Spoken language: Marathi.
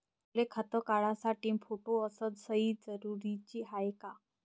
मले खातं काढासाठी फोटो अस सयी जरुरीची हाय का?